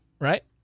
right